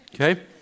okay